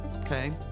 okay